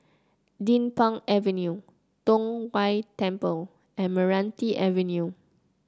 Din Pang Avenue Tong Whye Temple and Meranti Avenue